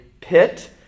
pit